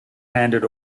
handed